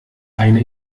eine